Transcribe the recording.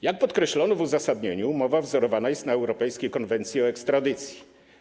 Jak podkreślono w uzasadnieniu, umowa wzorowana jest na Europejskiej konwencji o ekstradycji.